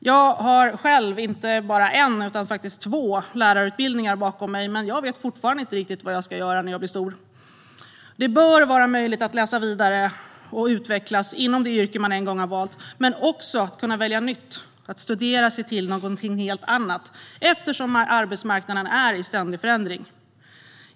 Jag har själv två lärarutbildningar bakom mig, men jag vet fortfarande inte riktigt vad jag ska göra när jag blir stor. Det bör vara möjligt att läsa vidare och utvecklas inom det yrke man en gång har valt. Men man bör också kunna välja något nytt och studera sig till någonting helt annat, eftersom arbetsmarknaden ständigt förändras.